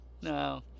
No